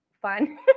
fun